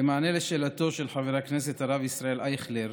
במענה על שאלתו של חבר הכנסת הרב ישראל אייכלר,